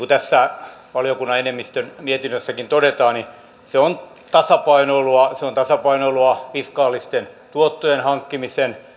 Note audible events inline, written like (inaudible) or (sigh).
(unintelligible) tässä valiokunnan enemmistön mietinnössäkin todetaan se on tasapainoilua se on tasapainoilua fiskaalisten tuottojen hankkimisen